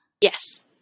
Yes